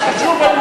זה חשוב,